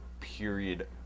period